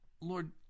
Lord